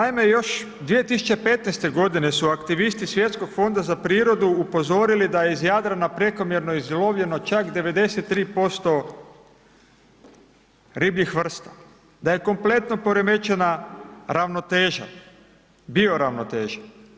Naime, još 2015. su aktivisti Svjetskog fonda za prirodu upozorili da je iz Jadrana prekomjerno izlovljeno čak 93% ribljih vrsta, da je kompletno poremećena ravnoteža, bioravnoteža.